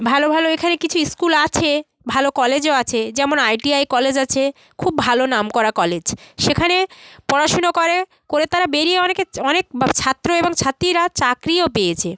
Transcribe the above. ভালো ভালো এখানে কিছু স্কুল আছে ভালো কলেজও আছে যেমন আই টি আই কলেজ আছে খুব ভালো নাম করা কলেজ সেখানে পড়াশোনা করে করে তারা বেরিয়ে অনেকে অনেক ছাত্র এবং ছাত্রীরা চাকরিও পেয়েছে